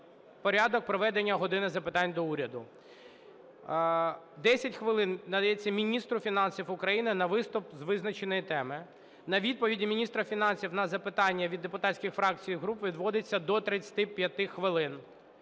порядок проведення "години запитань до Уряду". 10 хвилин надається міністру фінансів України на виступ з визначеної теми. На відповіді міністра фінансів на запитання від депутатських фракцій і груп відводиться до 35 хвилин.